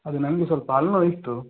ಅದು ನಂಗೆ ಸ್ವಲ್ಪ ಹಲ್ಲ್ ನೋವು ಇತ್ತು